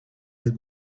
had